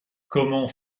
comment